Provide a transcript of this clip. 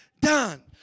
done